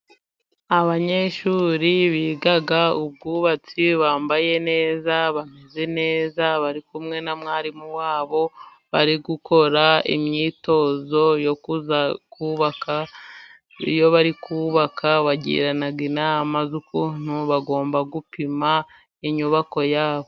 Abanyeshuri biga ubwubatsi ,bambaye neza ,bameze neza. Bari hamwe na mwarimu wabo. Bari gukora imyitozo yo kubaka. Iyo bari kubaka bagirana inama zo ukuntu bagomba gupima inyubako yabo.